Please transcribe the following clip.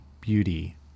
beauty